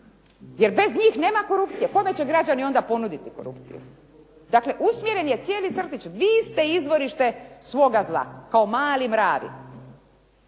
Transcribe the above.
jer bez njih nema korupcije. Kome će građani ponuditi onda korupciju? Dakle, usmjeren je cijeli crtić. Vi ste izvorište svoga zla, kao mali mravi.